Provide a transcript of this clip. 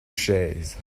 chaises